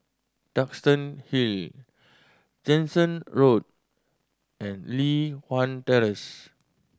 Duxton Hill Jansen Road and Li Hwan Terrace